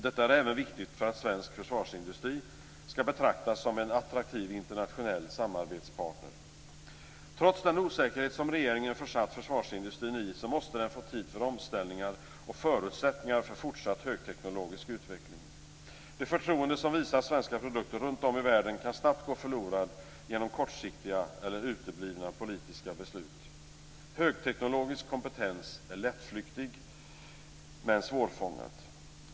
Detta är även viktigt för att svensk försvarsindustri skall betraktas som en attraktiv internationell samarbetspartner. Trots den osäkerhet som regeringen har försatt försvarsindustrin i måste den få tid för omställningar och förutsättningar för fortsatt högteknologisk utveckling. Det förtroende som visas svenska produkter runtom i världen kan snabbt gå förlorat genom kortsiktiga eller uteblivna politiska beslut. Högteknologisk kompetens är lättflyktig men svårfångad.